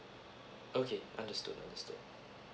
okay understood understood